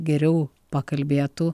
geriau pakalbėtų